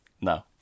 No